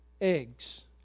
eggs